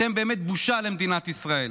אתם באמת בושה למדינת ישראל.